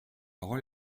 parole